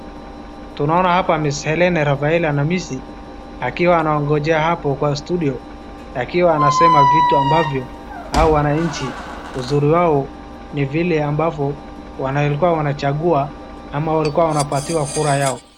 Tunaona hapa Ms Hellene Rafaela Namisi, akiwa anangojea hapo kwa studio akiwa anasema vitu ambavyo hawa wananchi uzuri wao ni vile ambavyo walikuwa wanachagua ama walikuwa wanapatiwa kura yao.